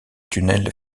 tunnel